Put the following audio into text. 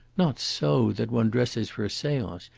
not so that one dresses for a seance,